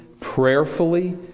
prayerfully